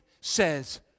says